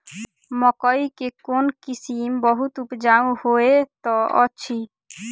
मकई केँ कोण किसिम बहुत उपजाउ होए तऽ अछि?